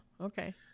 okay